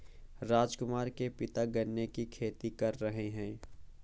राजकुमार के पिता गन्ने की खेती कर रहे हैं